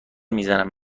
میزنم